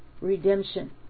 redemption